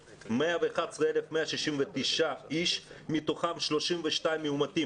111,169 ילדים, מתוכם 32 מאומתים